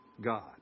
God